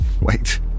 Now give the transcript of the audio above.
Wait